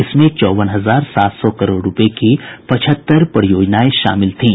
इसमें चौवन हजार सात सौ करोड़ रुपये की पचहत्तर परियोजनाएं शामिल थीं